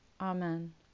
Amen